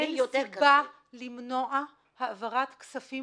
שיתנהגו כמו שצריך